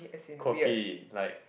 quirky like